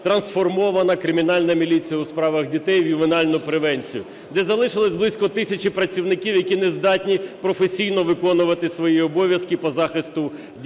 трансформована кримінальна міліція у справах дітей в ювенальну превенцію, де залишилися близько тисячі працівників, які не здатні професійно виконувати свої обов'язки по захисту дітей.